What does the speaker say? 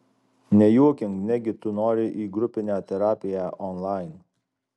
nejuokink negi tu nori į grupinę terapiją onlain